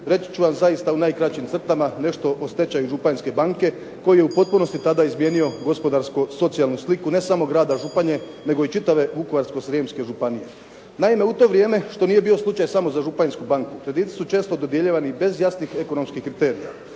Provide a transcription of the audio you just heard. reći ću vam zaista u najkraćim crtama nešto o stečaju Županjske banke koji je u potpunosti tada izmijenio gospodarsko socijalnu sliku ne samo grada Županje nego i čitave Vukovarsko-Srijemske županije. Naime u to vrijeme što nije bio slučaj samo za Županjsku banku krediti su često dodjeljivani bez jasnih ekonomskih kriterija